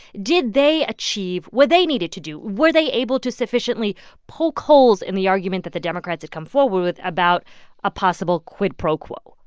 did they achieve what they needed to do? were they able to sufficiently poke holes in the argument that the democrats had come forward with about a possible quid pro quo?